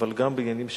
אבל גם בעניינים,